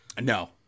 No